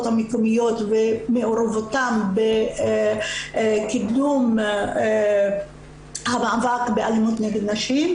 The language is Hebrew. המקומיות ומעורבותן בקידום המאבק באלימות נגד נשים.